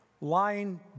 lying